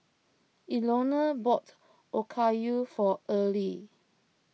Elenore bought Okayu for Earley